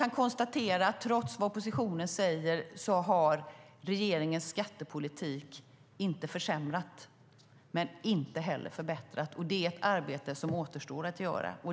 Jag kan - trots vad oppositionen säger - konstatera att regeringens skattepolitik inte har försämrat men inte heller förbättrat. Det är ett arbete som återstår att göra.